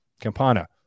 Campana